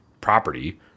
property